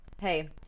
hey